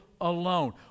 alone